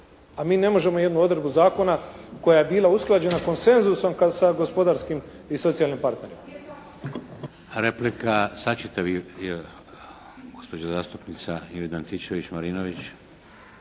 A mi ne možemo jednu odredbu zakona koja je bila usklađena konsenzusom sa gospodarskim i socijalnim partnerima.